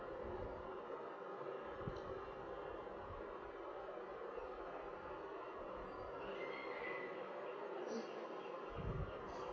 mm